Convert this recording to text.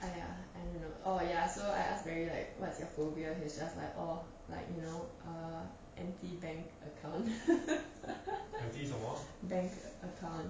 !aiya! I don't know oh ya so I asked barry like what's your phobia he's just like oh like you know err empty bank account bank account